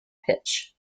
pitch